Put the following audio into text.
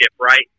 right